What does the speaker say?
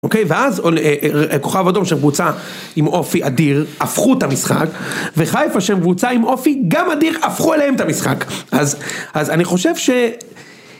אוקיי? ואז כוכב אדום שהם קבוצה עם אופי אדיר הפכו את המשחק וחיפה שהם קבוצה עם אופי גם אדיר הפכו אליהם את המשחק אז אני חושב ש...